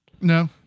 No